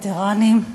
וטרנים יקרים.)